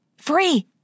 Free